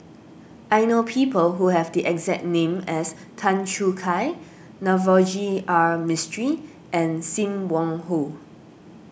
I know people who have the exact name as Tan Choo Kai Navroji R Mistri and Sim Wong Hoo